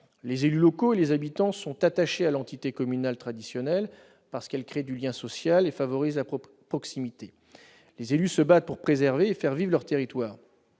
Les élus locaux et les habitants sont attachés à l'entité communale traditionnelle, parce que celle-ci crée du lien social et favorise la proximité. Les élus se battent pour préserver leur territoire